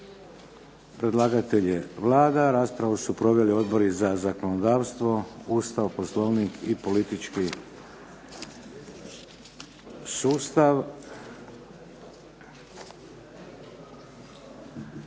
Predlagatelj je Vlada, raspravu su proveli Odbori za zakonodavstvo, Ustav, Poslovnik i politički sustav.